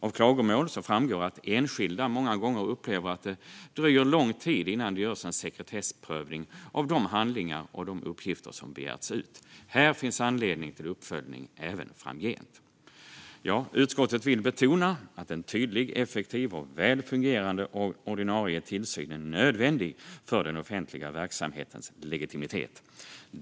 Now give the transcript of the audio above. Av klagomål framgår att enskilda många gånger upplever att det dröjer lång tid innan det görs en sekretessprövning av de handlingar och uppgifter som har begärts ut. Här finns anledning till uppföljning även framgent. Utskottet vill betona att en tydlig, effektiv och väl fungerande ordinarie tillsyn är nödvändig för den offentliga verksamhetens legitimitet.